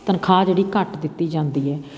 ਤਨਖਾਹ ਜਿਹੜੀ ਘੱਟ ਦਿੱਤੀ ਜਾਂਦੀ ਹੈ